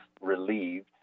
relieved